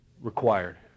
required